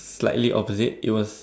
slightly opposite it was